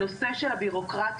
הנושא של הביורוקרטיה,